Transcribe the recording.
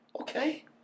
Okay